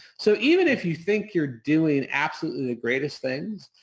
so, even if you think you're doing absolutely the greatest things,